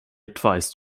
twice